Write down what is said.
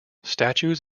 statues